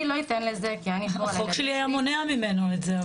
אני לא אתן לזה כי אני --- החוק שלי היה מונע ממנו את זה,